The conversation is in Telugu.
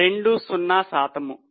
20 శాతము